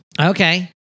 Okay